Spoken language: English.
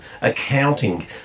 accounting